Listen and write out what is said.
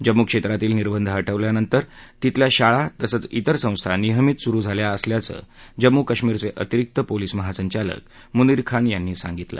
जम्मू क्षेत्रातील निर्बंध हटवल्यानंतर तिथले शाळा तसंच त्रेर संस्था नियमित सुरु झाल्या असल्याचं जम्मू कश्मीरचे अतिरिक्त पोलीस महासंचालक मुनीर खान यांनी यावेळी ही माहिती दिली